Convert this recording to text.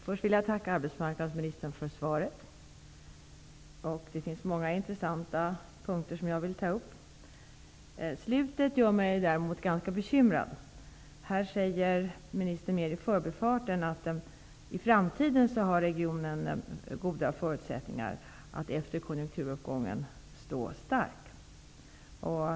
Herr talman! Först vill jag tacka arbetsmarknadsministern för svaret. Det finns många intressanta punkter i det som jag vill ta upp. Slutet av svaret gör mig därmot ganska bekymrad. Ministern säger mer i förbifarten att regionen i framtiden, efter en konjunkturuppgång, har goda förutsättningar att stå stark.